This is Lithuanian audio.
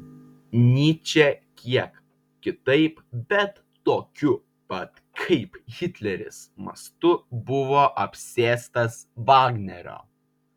nyčė kiek kitaip bet tokiu pat kaip hitleris mastu buvo apsėstas vagnerio